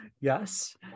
Yes